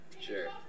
Sure